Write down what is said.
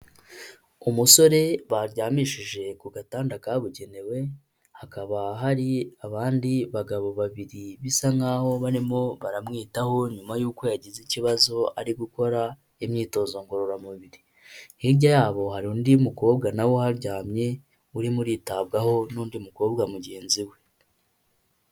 Umusore baryamishije ku gatanda kabugenewe, hakaba hari abandi bagabo babiri bisa nkaho barimo baramwitaho nyuma y'uko yagize ikibazo ari gukora imyitozo ngororamubiri, hirya yabo hari undi mukobwa nawe uharyamye urimo uritabwaho n'undi mukobwa mugenzi we.